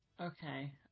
Okay